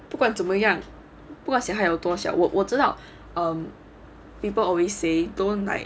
不管怎么样不管是他有多小我我知道 people always say don't like